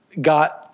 got –